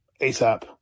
ASAP